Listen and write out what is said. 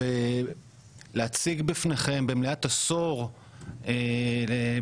ולהציג בפניכם במלאת עשור בעצם,